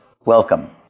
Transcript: Welcome